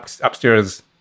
upstairs